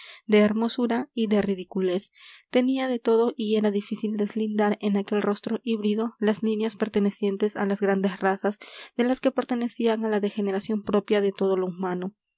de hermosura y de ridiculez tenía de todo y era difícil deslindar en aquel rostro híbrido las líneas pertenecientes a las grandes razas de las que pertenecían a la degeneración propia de todo lo humano